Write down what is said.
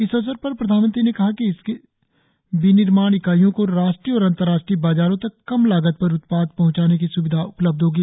इस अवसर पर प्रधानमंत्री ने कहा कि इससे विनिर्माण ईकाइयों को राष्ट्रीय और अंतर्राष्ट्रीय बाजारों तक कम लागत पर उत्पाद पहंचाने की स्विधा उपलब्ध होगी